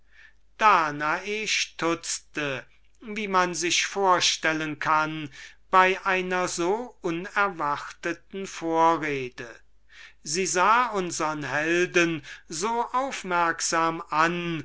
machen danae stutzte wie man sich vorstellen kann bei einer so unerwarteten vorrede sie sah unsern helden so aufmerksam an